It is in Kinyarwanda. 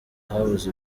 habuze